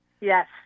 Yes